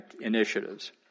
initiatives